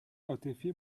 عاطفی